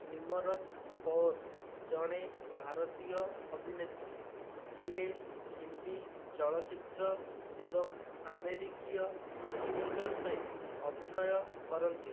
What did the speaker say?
ନିମରତ୍ କୌର ଜଣେ ଭାରତୀୟ ଅଭିନେତ୍ରୀ ଯିଏ ହିନ୍ଦୀ ଚଳଚ୍ଚିତ୍ର ଏବଂ ଆମେରିକୀୟ ଟେଲିଭିଜନରେ ଅଭିନୟ କରନ୍ତି